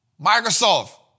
Microsoft